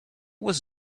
was